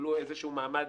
קיבלו איזשהו מעמד